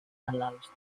allows